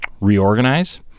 reorganize